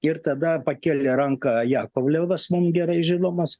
ir tada pakėlė ranką jakovlevas mum gerai žinomas